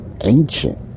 ancient